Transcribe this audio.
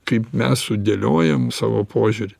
kaip mes sudėliojam savo požiūrį